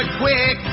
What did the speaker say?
quick